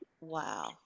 Wow